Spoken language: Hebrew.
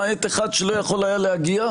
למעט אחד שלא יכול היה להגיע,